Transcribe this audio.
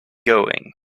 going